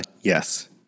yes